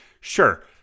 Sure